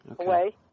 away